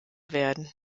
werden